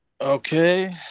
Okay